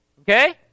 Okay